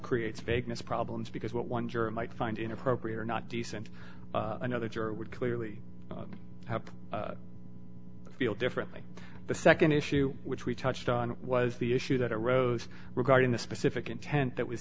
creates vagueness problems because what one jury might find inappropriate or not decent another juror would clearly have to feel differently the nd issue which we touched on was the issue that arose regarding the specific intent that was